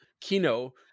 Kino